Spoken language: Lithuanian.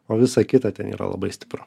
o visa kita ten yra labai stipru